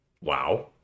wow